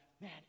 man